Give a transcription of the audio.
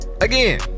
again